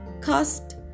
Cost